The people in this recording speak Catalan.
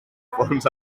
fonts